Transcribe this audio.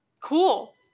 Cool